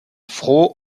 froh